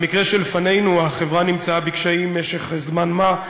במקרה שלפנינו החברה נמצאה בקשיים זמן מה,